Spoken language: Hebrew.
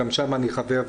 גם שם אני חבר,